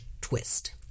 twist